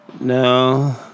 No